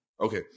Okay